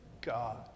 God